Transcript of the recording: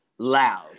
loud